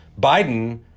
Biden